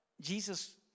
Jesus